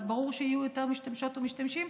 ברור שיהיו יותר משתמשות ומשתמשים.